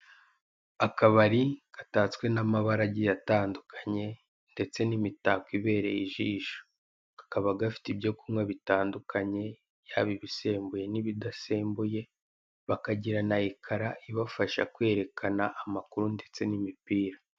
Akabari gatatswe n'amabara agiye atandukanye ndetse n'imitako ibereye ijisho, kakaba gafite ibyo kunywa bitandukanye, yaba ibisembuye n'ibidasembuye, bakagira na ekara ibafasha kwerekana amakuru ndetse n'imipira.